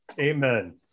Amen